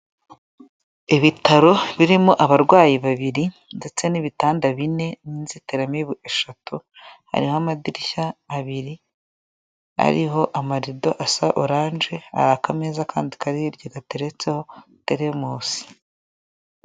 Ibitaro birimo abarwayi babiri ndetse n'ibitanda bine n'inzitiramibu eshatu, hariho amadirishya abiri ariho amarido asa oranje, hari akameza kandi kari hirya gateretseho teremusi.